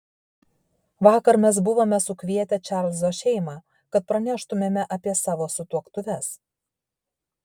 vakar mes buvome sukvietę čarlzo šeimą kad praneštumėme apie savo sutuoktuves